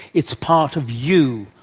it's part of you,